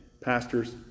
Pastors